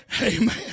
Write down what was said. Amen